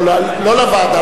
לא לוועדה.